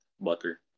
Butter